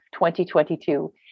2022